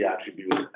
attributes